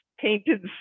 painted